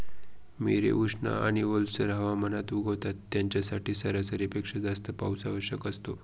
मिरे उष्ण आणि ओलसर हवामानात उगवतात, यांच्यासाठी सरासरीपेक्षा जास्त पाऊस आवश्यक असतो